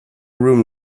room